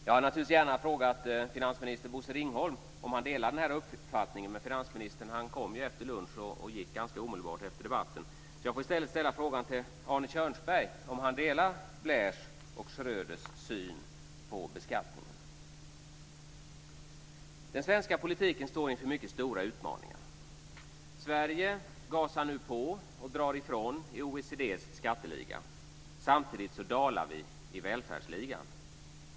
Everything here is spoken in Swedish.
Jag hade naturligtvis gärna frågat finansminister Bosse Ringholm om han delar den uppfattningen, men han kom ju vid lunchtiden och gick ganska omedlebart efter debatten. Jag får i stället ställa frågan till Arne Kjörnsberg om han delar Blairs och Schröders syn på beskattningen. Den svenska politiken står inför mycket stora utmaningar. Sverige gasar nu på och drar ifrån i OECD:s skatteliga. Samtidigt dalar vi i välfärdsligan.